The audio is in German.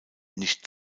nicht